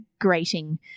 grating